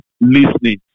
listening